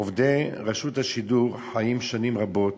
עובדי רשות השידור חיים שנים רבות